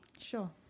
Sure